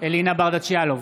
אלינה ברדץ' יאלוב,